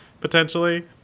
potentially